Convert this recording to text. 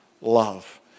love